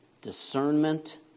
discernment